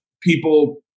people